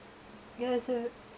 it was a